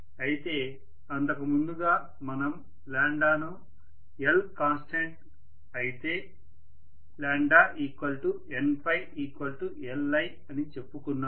అయితే అంతకు ముందుగా మనం ను L కాన్స్టంట్ అయితే NLi అని చెప్పుకున్నాము